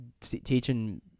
teaching